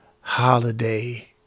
holiday